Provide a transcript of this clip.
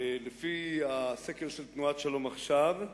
לפי הסקר של תנועת "שלום עכשיו"